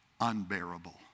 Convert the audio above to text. unbearable